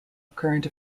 current